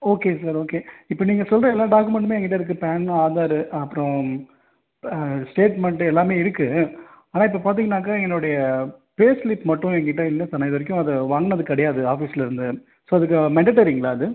ஓகேங்க sir okay இப்போ நீங்கள் சொல்கிற எல்லா டாக்குமெண்ட்டுமே என் கிட்டே இருக்குது பான் ஆதாரு அப்புறம் ஸ்டேட்மெண்ட்டு எல்லாமே இருக்குது ஆனால் இப்போ பார்த்தீங்கனாக்கா என்னுடைய பே ஸ்லிப் மட்டும் என் கிட்டே இல்லை சார் நான் இது வரைக்கும் அதை வாங்கினது கிடையாது ஆஃபீஸ்லிருந்து ஸோ இது மென்டட்டரிங்களா அது